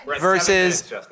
versus